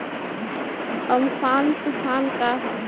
Amphan तुफान का ह?